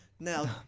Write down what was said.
Now